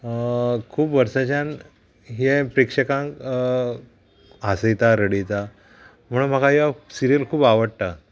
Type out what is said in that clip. खूब वर्साच्यान हे प्रेक्षकांक हासयता रडयता म्हणून म्हाका ह्यो सिरियल खूब आवडटा